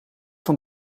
van